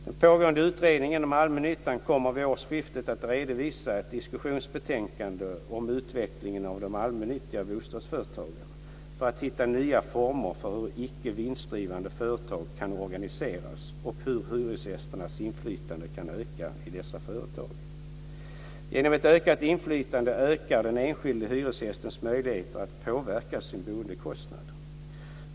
Den pågående utredningen om allmännyttan kommer vid årsskiftet att redovisa ett diskussionsbetänkande om utveckling av de allmännyttiga bostadsföretagen för att hitta nya former för hur icke vinstdrivande företag kan organiseras och hur hyresgästernas inflytande kan öka i dessa företag. Genom ett ökat inflytande ökar den enskilde hyresgästens möjligheter att påverka sin boendekostnad.